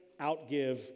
outgive